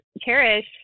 cherish